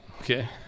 okay